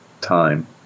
time